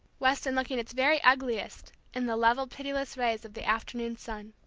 weston looking its very ugliest in the level pitiless rays of the afternoon sun.